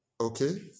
Okay